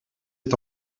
est